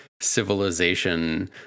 civilization